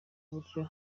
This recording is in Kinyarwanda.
uburyo